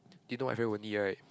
you know I very lonely right